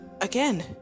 again